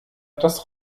das